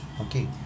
okay